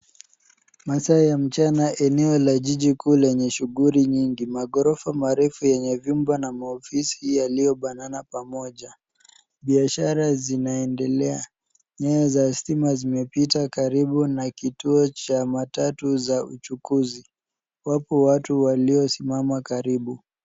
Masaa ya mchana eneo la jiji kuu lenye shuguli nyingi. Maghorofa marefu yenye vyumba na maofisi yaliyobanana pamoja. Biashara zinaendelea. Nyaya za stima zimepita karibu na kituo cha matatu za uchukuzi. Wapo watu waliosimama karibu.